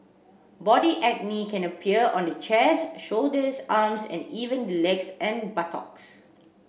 body acne can appear on the chest shoulders arms and even the legs and buttocks